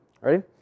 Ready